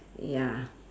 ya